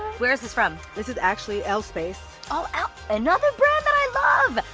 where is this from? this is actually l space. oh l, another brand um and love!